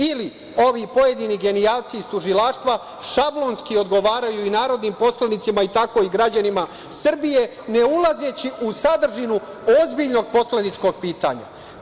Ili ovi pojedini genijalci iz tužilaštva šablonski odgovaraju i narodnim poslanicima, a tako i građanima Srbije ne ulazeći u sadržinu ozbiljnog poslaničkog pitanja.